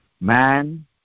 Man